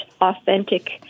authentic